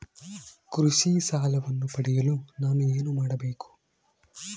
ಕೃಷಿ ಸಾಲವನ್ನು ಪಡೆಯಲು ನಾನು ಏನು ಮಾಡಬೇಕು?